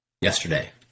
yesterday